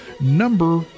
Number